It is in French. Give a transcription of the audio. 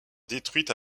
détruites